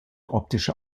optische